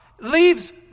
leaves